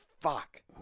fuck